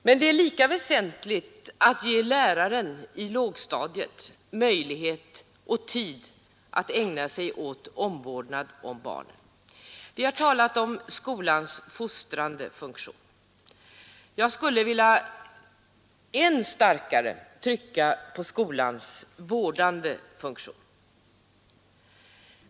Men det är lika väsentligt att ge läraren i lågstadiet möjlighet och tid att ägna sig åt omvårdnad av barnen. Vi har talat om skolans fostrande funktion. Jag skulle vilja än starkare trycka på skolans vårdande funktion.